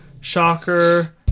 Shocker